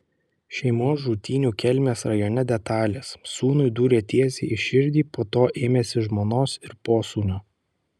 šeimos žudynių kelmės rajone detalės sūnui dūrė tiesiai į širdį po to ėmėsi žmonos ir posūnio